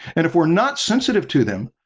and if we're not sensitive to them,